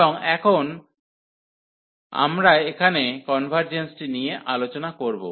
এবং এখন আমরা এখানে কনভার্জেন্সটি নিয়ে আলোচনা করব